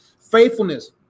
faithfulness